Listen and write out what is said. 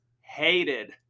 hated